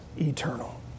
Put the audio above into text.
eternal